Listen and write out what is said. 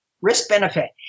Risk-benefit